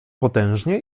potężnie